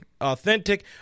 Authentic